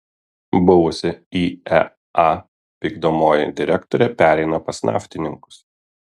buvusi iea vykdomoji direktorė pereina pas naftininkus